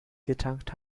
getankt